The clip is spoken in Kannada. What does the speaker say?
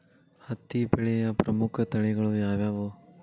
ಹತ್ತಿ ಬೆಳೆಯ ಪ್ರಮುಖ ತಳಿಗಳು ಯಾವ್ಯಾವು?